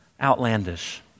outlandish